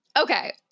Okay